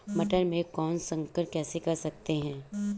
मटर में क्रॉस संकर कैसे कर सकते हैं?